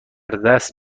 دست